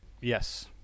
Yes